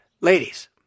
ladies